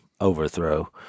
overthrow